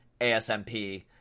ASMP